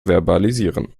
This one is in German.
verbalisieren